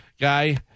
guy